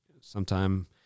sometime